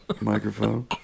microphone